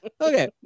okay